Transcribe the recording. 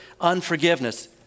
unforgiveness